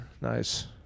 Nice